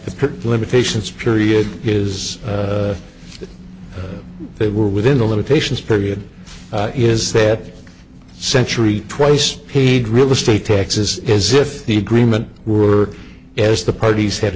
the limitations period is that they were within the limitations period is that century twice paid real estate taxes as if the agreement were as the parties ha